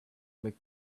make